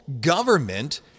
government